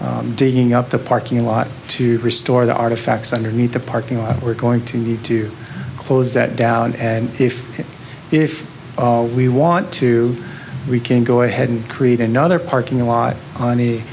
begin digging up the parking lot to restore the artifacts underneath the parking lot we're going to need to close that down and if if we want to we can go ahead and create another parking lot